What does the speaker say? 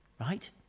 right